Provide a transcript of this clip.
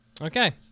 Okay